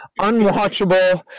unwatchable